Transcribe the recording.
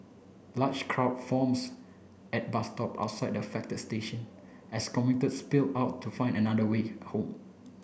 large crowd forms at bus stops outside the affected station as commuters spilled out to find another way home